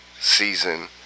season